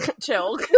chill